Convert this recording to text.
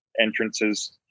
entrances